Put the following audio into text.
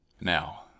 Now